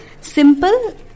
simple